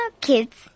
kids